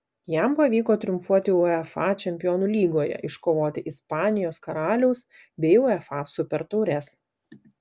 jam pavyko triumfuoti uefa čempionų lygoje iškovoti ispanijos karaliaus bei uefa supertaures